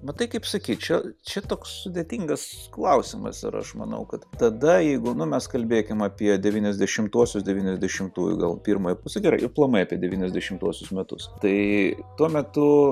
matai kaip sakyčiau čia toks sudėtingas klausimas ar aš manau kad tada jeigu nu mes kalbėkim apie devynesdešimtuosius devyniasdešimtųjų gal pirmąją pusę gerai aplamai apie devyniasdešituosius metus tai tuo metu